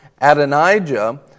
Adonijah